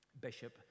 Bishop